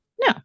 no